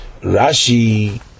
Rashi